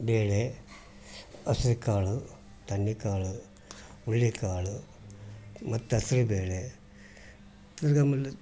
ಬೇಳೆ ಹಸಿರುಕಾಳು ತಂಡಿಕಾಳು ಹುರುಳಿಕಾಳು ಮತ್ತೆ ಹಸಿರುಬೇಳೆ ತಿರುಗಾ